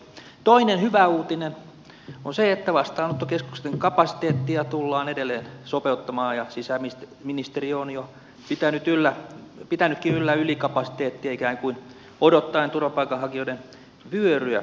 toinen hyvä uutinen on se että vastaanottokeskusten kapasiteettia tullaan edelleen sopeuttamaan ja sisäministeriö on jo pitänytkin yllä ylikapasiteettia ikään kuin odottaen turvapaikanhakijoiden vyöryä